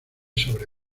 sobre